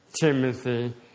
Timothy